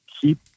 keep